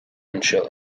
anseo